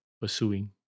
pursuing